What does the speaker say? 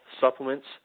supplements